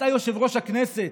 אתה יושב-ראש הכנסת.